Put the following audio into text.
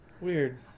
Weird